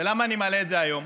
ולמה אני מעלה את זה היום?